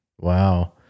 Wow